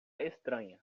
estranha